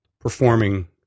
performing